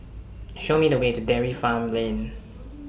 Show Me The Way to Dairy Farm Lane